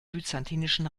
byzantinischen